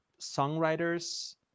songwriters